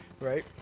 right